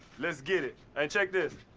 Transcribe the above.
let's get it. and check this,